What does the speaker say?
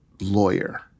lawyer